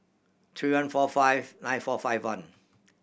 three one four five nine four five one